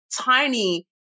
tiny